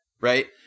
right